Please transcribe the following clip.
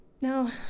Now